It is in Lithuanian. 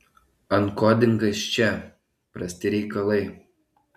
ankodingas čia prasti reikalai